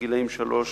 לגילאים שלוש